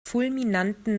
fulminanten